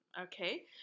okay